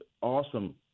awesome